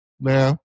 Now